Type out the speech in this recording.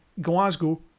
Glasgow